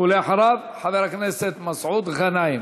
ואחריו, חבר הכנסת מסעוד גנאים.